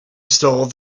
stole